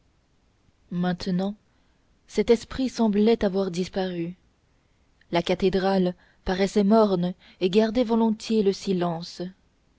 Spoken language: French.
maintenant cet esprit semblait avoir disparu la cathédrale paraissait morne et gardait volontiers le silence